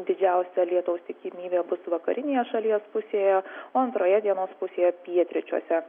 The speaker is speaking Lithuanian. didžiausia lietaus tikimybė bus vakarinėje šalies pusėje o antroje dienos pusėje pietryčiuose